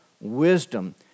wisdom